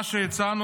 מה שהצענו,